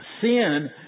sin